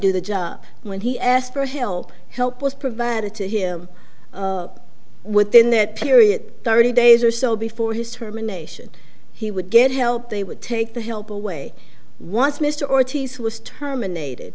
do the job when he asked for help help was provided to him within that period thirty days or so before his terminations he would get help they would take the help away once mr ortiz was terminated